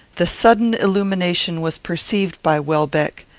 the sudden illumination was perceived by welbeck.